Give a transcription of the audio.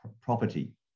property